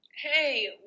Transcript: Hey